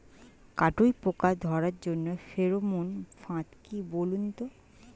কাটুই পোকা ধরার জন্য ফেরোমন ফাদ কি বলুন তো?